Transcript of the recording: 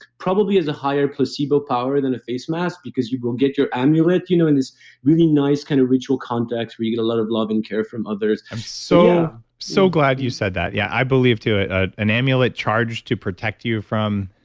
probably has a higher placebo power than a face mask, because you will get your amulet you know in this really nice kind of ritual context where you get a lot of love and care from others i'm so, so glad you said that. yeah. i believe too, an amulet charged to protect you from